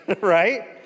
right